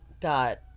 got